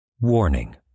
Warning